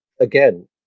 again